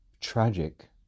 tragic